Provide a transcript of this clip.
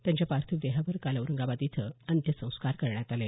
त्यांच्या पार्थिव देहावर काल औरंगाबाद इथं अंत्यसंस्कार करण्यात आले